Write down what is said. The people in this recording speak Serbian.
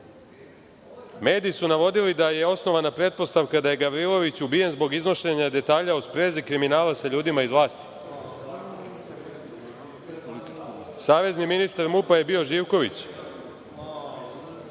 mediji su navodili da je osnovana pretpostavka da je Gavrilović ubijen zbog iznošenja detalja u sprezi kriminala sa ljudima iz vlasti. Savezni ministar MUP-a je bio Živković.